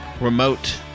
remote